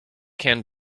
can